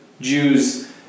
Jews